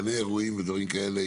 גני אירועים ודברים כאלה,